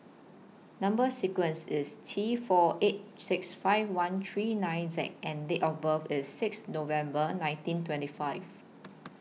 Number sequence IS T four eight six five one three nine Z and Date of birth IS six November nineteen twenty five